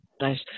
Nice